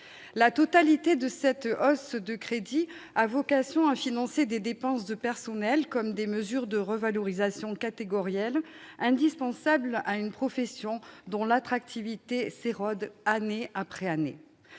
La totalité de cette hausse a vocation à financer des dépenses de personnel, comme des mesures de revalorisation catégorielle, indispensables à une profession dont l'attractivité s'érode année après année.